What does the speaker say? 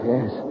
Yes